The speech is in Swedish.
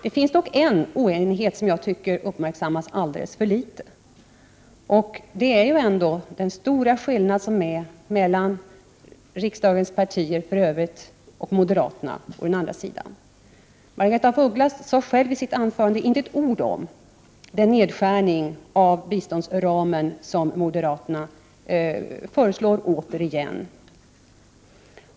Det finns dock en oenighet som jag tycker uppmärksammas alldeles för litet, nämligen den stora skillnad som råder mellan moderaterna å ena sidan och övriga riksdagspartier å andra sidan. Margaretha af Ugglas sade i sitt anförande inte ett enda ord om den nedskärning av biståndsramen som moderaterna återigen föreslår.